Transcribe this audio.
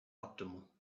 optimal